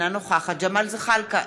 אינה נוכחת ג'מאל זחאלקה,